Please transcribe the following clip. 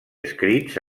escrits